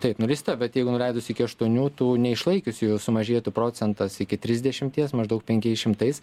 taip nuleista bet jeigu nuleidus iki aštuonių tų neišlaikiusiųjų sumažėtų procentas iki trisdešimties maždaug penkiais šimtais